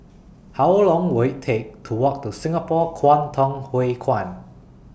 How Long Will IT Take to Walk to Singapore Kwangtung Hui Kuan